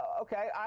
Okay